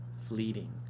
fleeting